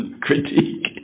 critique